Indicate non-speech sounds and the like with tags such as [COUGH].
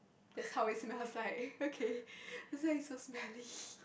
that's how it smells like okay [LAUGHS] it's like so smelly